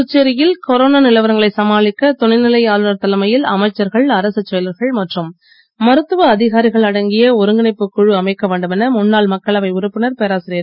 புதுச்சேரியில் கொரோனா நிலவரங்களை சமாளிக்க துணைநிலை ஆளுனர் தலைமையில் அமைச்சர்கள் அரசுச் செயலர்கள் மற்றும் மருத்துவ அதிகாரிகள் அடங்கிய ஒருங்கிணைப்புக் குழு அமைக்க வேண்டுமென முன்னாள் மக்களவை உறுப்பினர் பேராசிரியர்